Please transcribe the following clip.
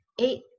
eight